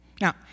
Now